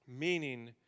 Meaning